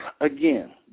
Again